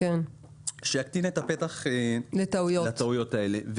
שיקטין את הפתח לטעויות האלה.